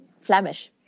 Flemish